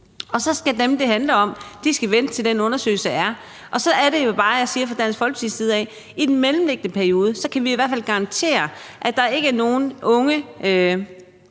og så skal dem, det handler om, vente, til den undersøgelse er afsluttet. Og så er det bare, at vi fra Dansk Folkepartis side siger, at vi i den mellemliggende periode i hvert fald kan garantere, at der ikke er nogen unge,